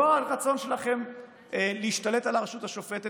לא הרצון שלכם להשתלט על הרשות השופטת